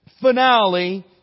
finale